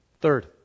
Third